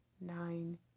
nine